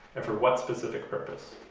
and for what specific purpose.